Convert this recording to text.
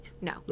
No